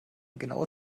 genaue